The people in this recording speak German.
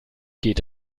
geht